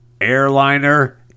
Airliner